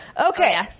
Okay